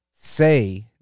say